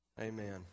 Amen